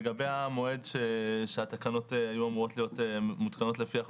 לגבי המועד שהתקנות היו אמורות להיות מותקנות לפי החוק: